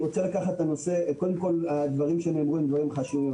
הדברים שנאמרו הם דברים חשובים.